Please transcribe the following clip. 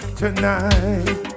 tonight